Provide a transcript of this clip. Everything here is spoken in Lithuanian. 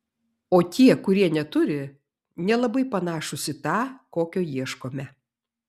o tie kurie neturi nelabai panašūs į tą kokio ieškome